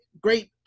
great